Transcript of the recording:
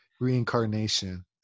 reincarnation